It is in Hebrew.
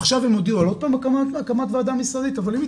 עכשיו הודיעו עוד פעם על הקמת ועדה משרדית אבל אם היא